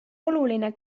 oluline